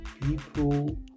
people